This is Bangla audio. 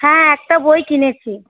হ্যাঁ একটা বই কিনেছি